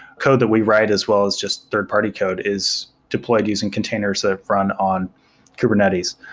code that we write as well as just third-party code is deployed using containers that run on kubernetes.